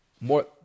more